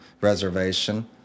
reservation